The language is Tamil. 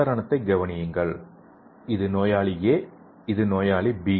உதாரணத்தைக் கவனியுங்கள் இது நோயாளி ஏ மற்றும் நோயாளி பி